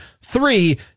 Three